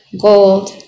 gold